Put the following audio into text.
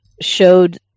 showed